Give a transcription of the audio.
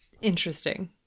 interesting